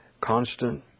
constant